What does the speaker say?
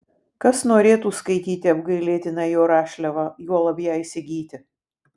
kas norėtų skaityti apgailėtiną jo rašliavą juolab ją įsigyti